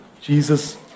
Jesus